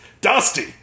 dusty